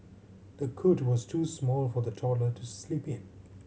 the cot was too small for the toddler to sleep in